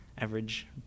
average